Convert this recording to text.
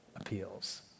Appeals